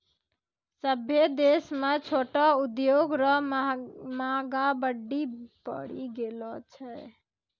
सभ्भे देश म छोटो उद्योग रो मांग बड्डी बढ़ी गेलो छै